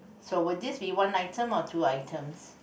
so would this be one item or two items